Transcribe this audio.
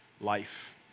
life